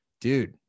Dude